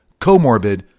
comorbid